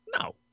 No